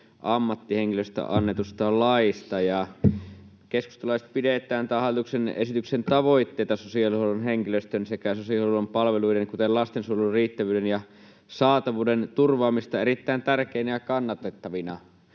ammattihenkilöistä annetusta laista. Me keskustalaiset pidämme tämän hallituksen esityksen tavoitteita sosiaalihuollon henkilöstön sekä sosiaalihuollon palveluiden, kuten lastensuojelun, riittävyyden ja saatavuuden turvaamisesta erittäin tärkeinä ja kannatettavina,